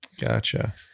gotcha